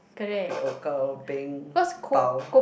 kopi O gao peng bao